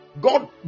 God